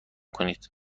کنید